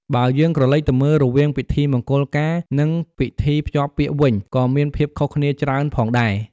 បើយើងក្រឡេកទៅមើល រវាងពិធីមង្គលការ និងពិធីភ្ជាប់ពាក្យវិញ ក៏មានភាពខុសគ្នាច្រើនផងដែរ។